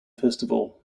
festival